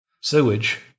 sewage